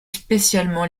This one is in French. spécialement